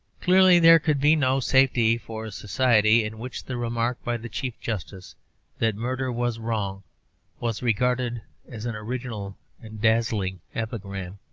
clearly, there could be no safety for a society in which the remark by the chief justice that murder was wrong was regarded as an original and dazzling epigram.